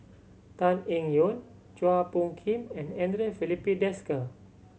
Tan Eng Yoon Chua Phung Kim and Andre Filipe Desker